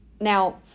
Now